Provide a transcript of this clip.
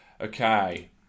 Okay